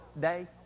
day